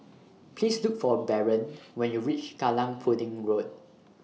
Please Look For Barron when YOU REACH Kallang Pudding Road